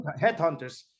headhunters